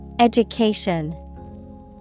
Education